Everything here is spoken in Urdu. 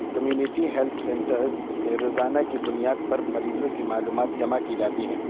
کمیونٹی ہیلتھ سینٹرز سے روزانہ کی بنیاد پر مریضوں کی معلومات جمع کی جاتی ہیں